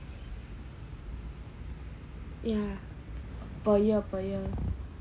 ya per year per year